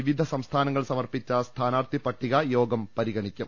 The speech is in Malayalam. വിവിധ സംസ്ഥാനങ്ങൾ സമർപ്പിച്ച സ്ഥാനാർത്ഥി പട്ടിക യോഗം പരിഗ ണിക്കും